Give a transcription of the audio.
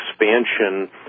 expansion